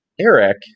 Eric